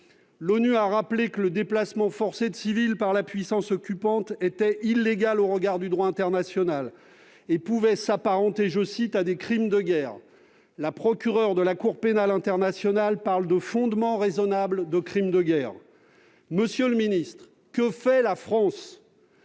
L'ONU a rappelé que le déplacement forcé de civils par la puissance occupante était illégal au regard du droit international, et « pouvait s'apparenter à des crimes de guerre ». La procureure de la Cour pénale internationale parle de « fondement raisonnable » de crimes de guerre. Monsieur le ministre, que fait la France ?